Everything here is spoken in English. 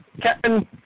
Captain